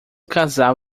casal